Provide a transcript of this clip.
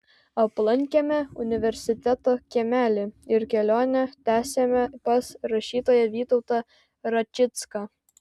aplankėme universiteto kiemelį ir kelionę tęsėme pas rašytoją vytautą račicką